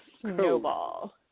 Snowball